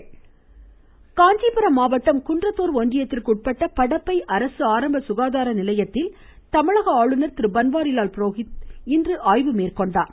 பன்வாரிலால் புரோஹித் காஞ்சிபுரம் மாவட்டம் குன்றத்தூர் ஒன்றியத்திற்கு உட்பட்ட படப்பை அரசு ஆரம்ப கசகாதார நிலையத்தில் தமிழக ஆளுநா் திருபன்வாரிலால் புரோஹித் இன்று ஆய்வ செய்தார்